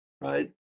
right